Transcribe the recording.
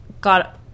got